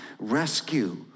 rescue